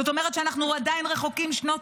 זאת אומרת שאנחנו עדיין רחוקים שנות